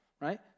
right